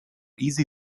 easy